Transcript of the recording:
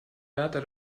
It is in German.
wärter